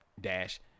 Dash